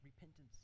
repentance